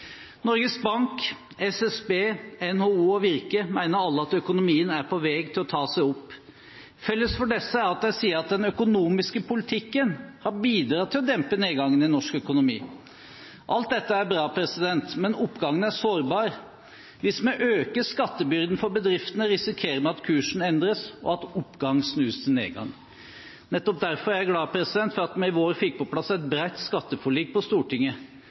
Norges Bank, SSB, NHO og Virke mener alle at økonomien er på vei til å ta seg opp. Felles for disse er at de sier at den økonomiske politikken har bidratt til å dempe nedgangen i norsk økonomi. Alt dette er bra, men oppgangen er sårbar. Hvis vi øker skattebyrden for bedriftene, risikerer vi at kursen endres, og at oppgang snus til nedgang. Nettopp derfor er jeg glad for at vi i vår fikk på plass et bredt skatteforlik på Stortinget,